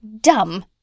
Dumb